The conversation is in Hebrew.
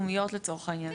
כן.